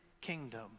kingdom